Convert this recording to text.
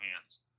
hands